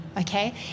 okay